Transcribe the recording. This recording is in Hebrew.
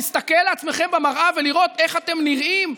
להסתכל על עצמכם במראה ולראות איך אתם נראים,